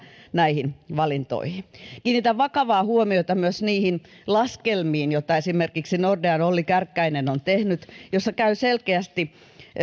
näihin arvovalintoihin kiinnitän vakavaa huomiota myös niihin laskelmiin joita esimerkiksi nordean olli kärkkäinen on tehnyt joissa käy selkeästi